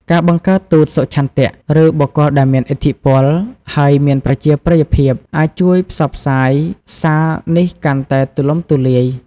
ការបង្កើតទូតសុឆន្ទៈ ឬបុគ្គលដែលមានឥទ្ធិពល ហើយមានប្រជាប្រិយភាព អាចជួយផ្សព្វផ្សាយសារនេះកាន់តែទូលំទូលាយ។